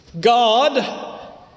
God